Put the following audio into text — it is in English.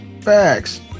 facts